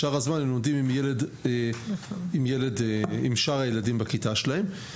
בשאר הזמן הם לומדים עם שאר הילדים בכיתה שלהם.